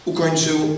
Ukończył